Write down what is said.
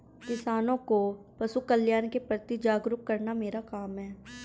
किसानों को पशुकल्याण के प्रति जागरूक करना मेरा काम है